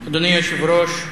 מס' 5487 ו-5488.